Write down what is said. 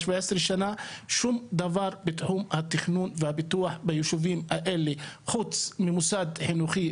17 שנה שום דבר בתחום התכנון והפיתוח ביישובים האלה חוץ ממוסד חינוכי,